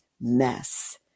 mess